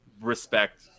respect